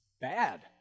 bad